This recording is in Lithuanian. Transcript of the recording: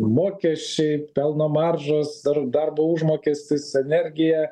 mokesčiai pelno maržos dar darbo užmokestis energija